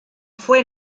fue